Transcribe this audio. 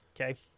Okay